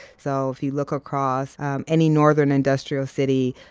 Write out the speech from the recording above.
so if you look across any northern industrial city,